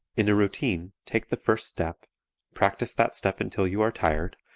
in a routine take the first step practice that step until you are tired,